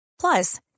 Plus